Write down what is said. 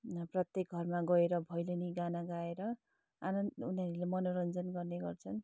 प्रत्येक घरमा गएर भैलेनी गाना गाएर आनन्द उनीहरूले मनोरञ्जन गर्ने गर्छन्